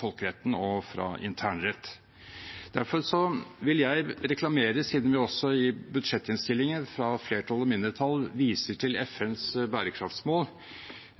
folkeretten og fra internrett. Derfor vil jeg – siden vi i budsjettinnstillingen fra flertall og mindretall viser til FNs bærekraftsmål –